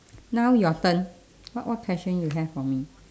now your turn what what question you have for me